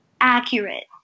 accurate